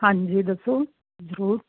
ਹਾਂਜੀ ਦੱਸੋ ਜ਼ਰੂਰ